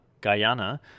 Guyana